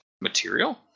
Material